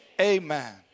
Amen